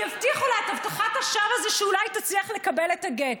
כי הבטיחו לה את הבטחת השווא הזאת שאולי היא תצליח לקבל את הגט.